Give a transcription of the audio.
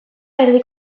herri